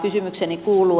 kysymykseni kuuluu